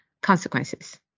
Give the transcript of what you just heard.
consequences